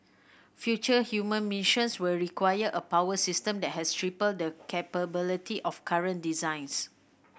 future human missions will require a power system that has triple the capability of current designs